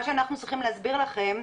ומה שאנחנו צריכים להסביר לכם,